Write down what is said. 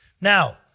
Now